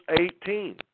eighteen